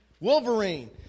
Wolverine